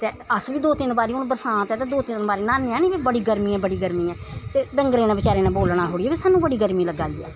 ते अस बी दो तिन बारी हून बरसांत ऐ ते दो तिन बारी नुहाने आं नी कि बड़ी गर्मी ऐ बड़ी गर्मी ऐ ते डंगरां ने बचैरें ने बोलना थोह्ड़ी ऐ कि सानूं बड़ी गर्मी लग्गा दी ऐ